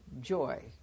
joy